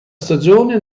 stagione